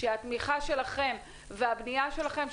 שהתמיכה שלכם והבנייה שלכם,